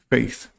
Faith